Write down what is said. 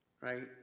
right